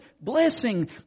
blessing